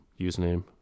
username